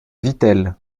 vittel